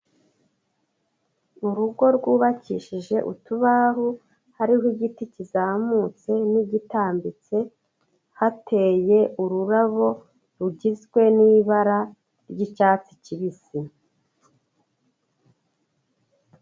Urugo rwubakishije utubaho hariho igiti kizamutse n'igitambitse hateye ururabo rugizwe n'ibara ry'icyatsi kibisi.